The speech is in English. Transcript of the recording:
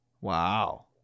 wow